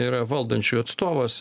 yra valdančiųjų atstovas